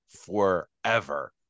forever